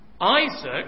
Isaac